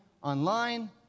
Online